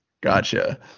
gotcha